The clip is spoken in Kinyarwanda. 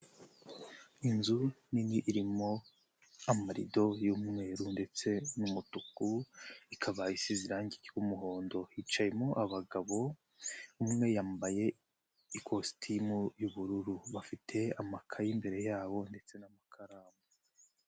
Inzu nini irimo amarido y'umweru ndetse n'umutuku, ikaba isize irange ry'umuhondo, hicayemo abagabo umwe yambaye ikositimu y'ubururu bafite amakayi imbere yabo ndetse n'amakaramu.